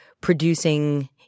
producing